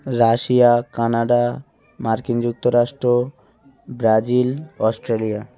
Russia Canada মার্কিন যুক্তরাষ্ট Brazil Australia